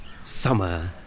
summer